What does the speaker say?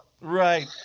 Right